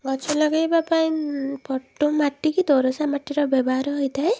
ଗଛ ଲଗାଇବା ପାଇଁ ପଟୁମାଟି କି ଦୋରସା ମାଟିର ବ୍ୟବହାର ହୋଇଥାଏ